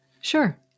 Sure